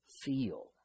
feel